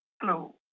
Hello